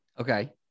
Okay